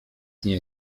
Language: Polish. nie